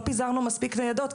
לא פיזרנו מספיק ניידות,